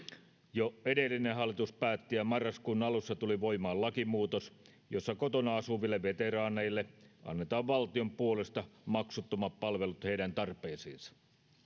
jo edellinen hallitus päätti ja marraskuun alussa tuli voimaan lakimuutos jossa kotona asuville veteraaneille annetaan valtion puolesta maksuttomat palvelut heidän tarpeisiinsa